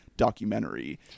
documentary